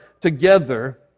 together